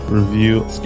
review